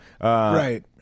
Right